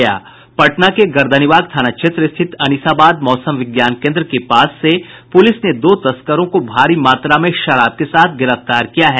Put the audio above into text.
पटना के गर्दनीबाग थाना क्षेत्र स्थित अनिसाबाद मौसम विज्ञान केन्द्र के पास से पुलिस ने दो तस्करों को भारी मात्रा में शराब के साथ गिरफ्तार किया है